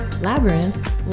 Labyrinth